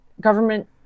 government